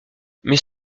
mes